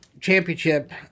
championship